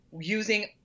using